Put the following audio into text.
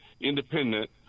Independent